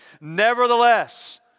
nevertheless